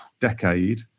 decade